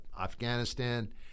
Afghanistan